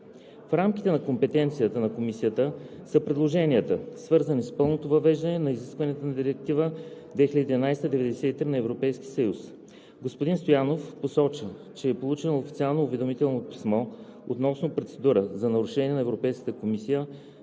В рамките на компетенцията на Комисията са предложенията, свързани с пълното въвеждане на изискванията на Директива 2011/93/ЕС. Господин Стоянов поясни, че е получено официално уведомително писмо относно процедура за нарушение на Европейската комисия,